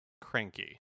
Cranky